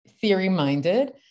theory-minded